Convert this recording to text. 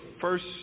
first